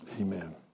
amen